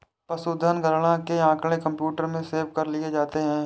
पशुधन गणना के आँकड़े कंप्यूटर में सेव कर लिए जाते हैं